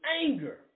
anger